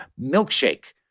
milkshake